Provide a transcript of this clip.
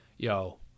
yo